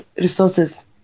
resources